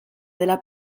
dela